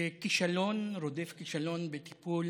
שכישלון רודף כישלון בטיפול